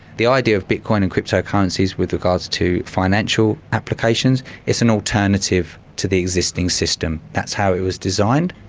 the idea of bitcoin and cryptocurrencies with regards to financial applications, it's an alternative to the existing system. that's how it was designed.